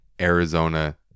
Arizona